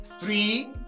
three